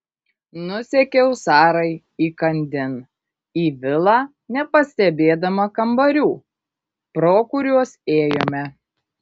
nusekiau sarai įkandin į vilą nepastebėdama kambarių pro kuriuos ėjome